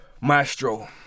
maestro